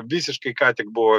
visiškai ką tik buvo